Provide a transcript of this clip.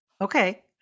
Okay